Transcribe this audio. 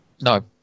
No